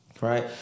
Right